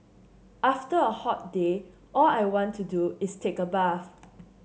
after a hot day all I want to do is take a bath